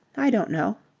i don't know.